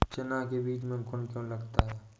चना के बीज में घुन क्यो लगता है?